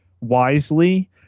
wisely